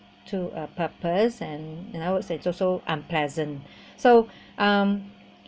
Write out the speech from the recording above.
to a purpose and and I would say it's also unpleasant so um